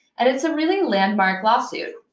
and it's a really landmark lawsuit.